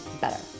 better